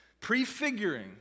prefiguring